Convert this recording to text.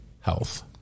health